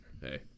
Hey